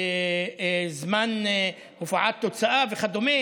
זמן הופעה תוצאה וכדומה,